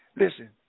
Listen